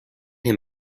him